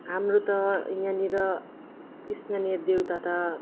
हाम्रो त यहाँनिर स्थानीय देउता त